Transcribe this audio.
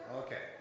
okay